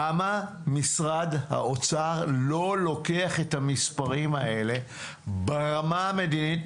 למה משרד האוצר לא לוקח את המספרים האלה ברמה המדינית?